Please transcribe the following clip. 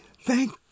Thank